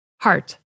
Heart